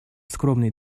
скромные